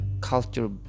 culture